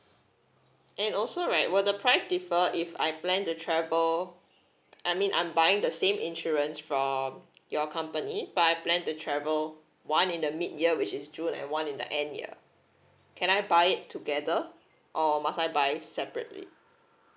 and also right will the price defer if I plan to travel I mean I'm buying the same insurance from your company but I plan to travel one in the mid year which is june and one in the end year can I buy it together or must I buy separately